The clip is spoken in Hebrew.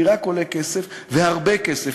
אני רק עולה כסף, והרבה כסף.